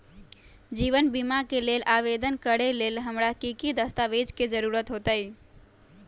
जीवन बीमा के लेल आवेदन करे लेल हमरा की की दस्तावेज के जरूरत होतई?